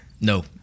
No